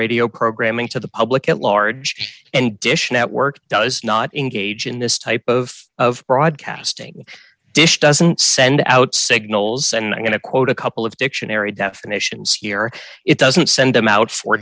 radio programming to the public at large and dish network does not engage in this type of of broadcasting dish doesn't send out signals and i'm going to quote a couple of dictionary definitions here it doesn't send them out